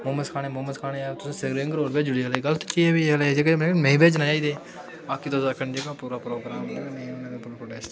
मोमोस खाने तुसें spring roll भेजी ओड़े गलत चीज ऐ एह् तुसें एह् नेईं भेजना चाही दे बाकी तुस आक्खा दे